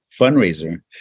fundraiser